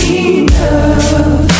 enough